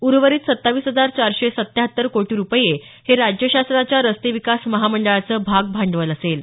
उर्वरीत सत्तावीस हजार चारशे सत्त्याहत्तर कोटी रुपये हे राज्य शासनाच्या रस्ते विकास महामंडळाचं भागभांडवल असेल